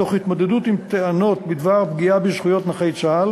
תוך התמודדות עם טענות בדבר פגיעה בזכויות נכי צה"ל